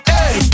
Hey